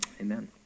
Amen